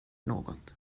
något